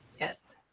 Yes